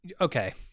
Okay